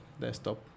desktop